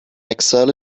exile